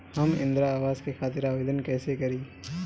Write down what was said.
हम इंद्रा अवास के खातिर आवेदन कइसे करी?